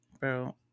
Bro